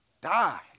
die